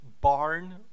barn